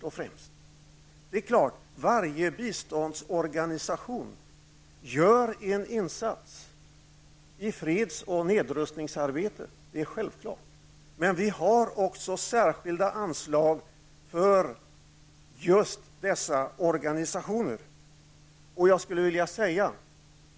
Att varje biståndsorganisation gör en insats i freds och nedrustningsarbetet är självklart, men vi har också särskilda anslag för just dessa organisationer.